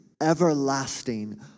everlasting